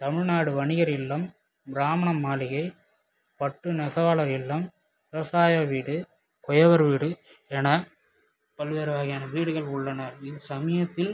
தமிழ்நாடு வணிகர் இல்லம் பிராமனம் மாளிகை பட்டு நெசவாளர் இல்லம் விவசாய வீடு குயவர் வீடு என பல்வேறு வகையான வீடுகள் உள்ளன இது சமயத்தில்